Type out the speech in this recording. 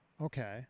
Okay